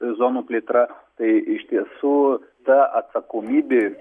zonų plėtra tai iš tiesų ta atsakomybė